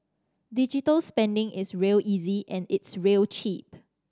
digital spending is real easy and it's real cheap